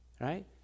right